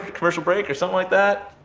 commercial break or something like that?